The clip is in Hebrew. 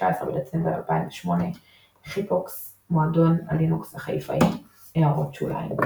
19 בדצמבר 2008 חיפוקס – מועדון הלינוקס החיפאי == הערות שוליים ==